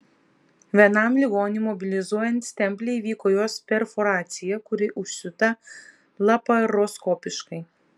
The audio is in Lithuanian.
vienam ligoniui mobilizuojant stemplę įvyko jos perforacija kuri užsiūta laparoskopiškai